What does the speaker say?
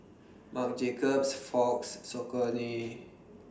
Marc Jacobs Fox Saucony